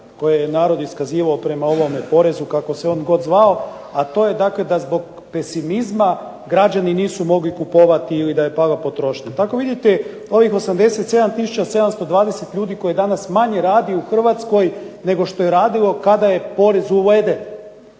koje je narod iskazivao prema ovome porezu kako se on god zvao, a to je dakle da zbog pesimizma građani nisu mogli kupovati ili da je pala potrošnja. Tako vidite ovih 87 tisuća 720 ljudi koji danas manje radi u Hrvatskoj nego što je radilo kada je porez uveden,